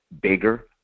bigger